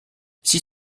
six